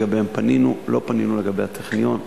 לגביהם פנינו, לא פנינו לגבי הטכניון.